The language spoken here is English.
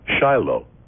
Shiloh